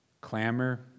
clamor